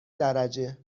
درجه